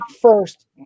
first